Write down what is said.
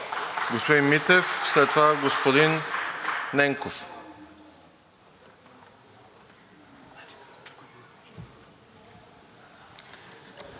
Господин Митев, след това господин Ненков.